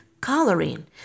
coloring